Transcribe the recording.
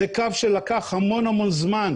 זה קו שלקח המון המון זמן,